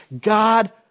God